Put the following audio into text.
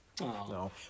no